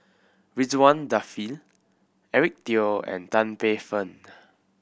Ridzwan Dzafir Eric Teo and Tan Paey Fern